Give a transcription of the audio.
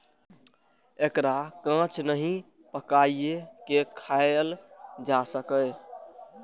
एकरा कांच नहि, पकाइये के खायल जा सकैए